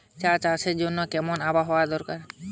চা চাষের জন্য কেমন আবহাওয়া দরকার?